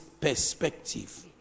perspective